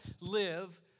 live